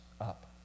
up